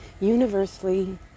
Universally